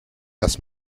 das